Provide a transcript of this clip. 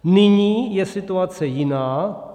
Nyní je situace jiná.